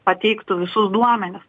pateiktų visus duomenis